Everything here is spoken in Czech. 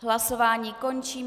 Hlasování končím.